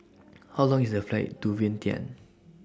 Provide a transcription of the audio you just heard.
How Long IS The Flight to Vientiane